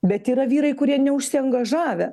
bet yra vyrai kurie neužsiangažavę